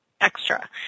extra